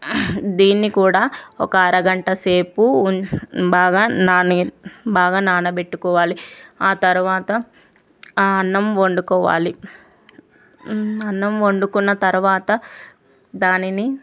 దీన్ని కూడా ఒక అరగంటసేపు ఉంచ్ బాగా నాని బాగా నానబెట్టుకోవాలి తర్వాత అన్నం వండుకోవాలి అన్నం వండుకున్నతర్వాత దానినీ